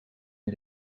een